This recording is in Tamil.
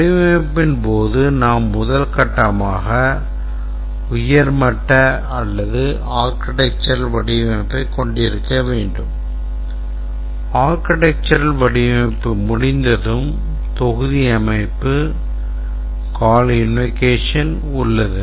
வடிவமைப்பின் போது நாம் முதல் கட்டமாக உயர்மட்ட அல்லது architectural வடிவமைப்பைக் கொண்டிருக்க வேண்டும் architectural வடிவமைப்பு முடிந்ததும் தொகுதி அமைப்பு call invocation உள்ளது